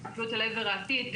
הסתכלות אל עבר העתיד.